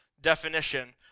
definition